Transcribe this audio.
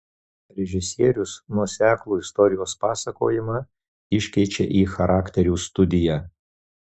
režisierius nuoseklų istorijos pasakojimą iškeičia į charakterių studiją